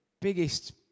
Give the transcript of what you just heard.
biggest